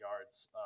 yards